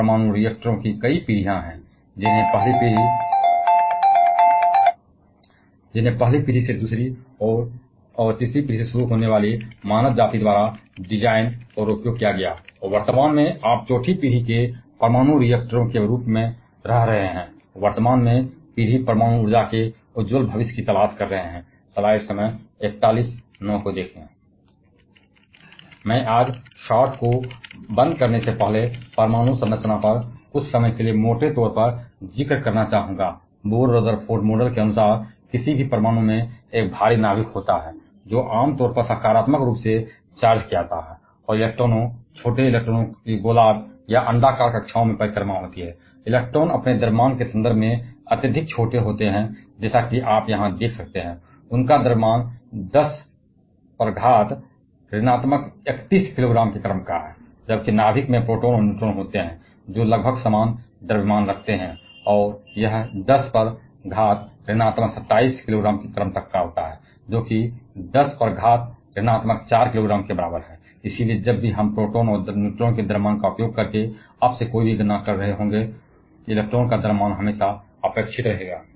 और परमाणु रिएक्टरों की कई पीढ़ियां हैं जिन्हें पहली पीढ़ी से दूसरी और तीसरी पीढ़ी से शुरू होने वाली मानव जाति द्वारा डिजाइन और उपयोग किया गया है और वर्तमान में आप चौथी पीढ़ी के परमाणु रिएक्टरों के रूप में रह रहे हैं और परमाणु ऊर्जा के उज्ज्वल भविष्य की तलाश कर रहे हैं पीढ़ी